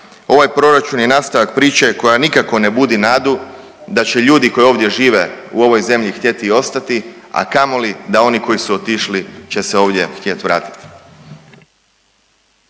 Ovaj proračun je nastavak priče koja nikako ne budi nadu da će ljudi koji ovdje žive u ovoj zemlji htjeti ostati, a kamoli da oni koji su otišli će se ovdje htjet vratit.